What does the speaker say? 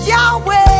Yahweh